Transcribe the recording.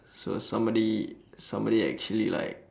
so somebody somebody actually like